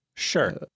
Sure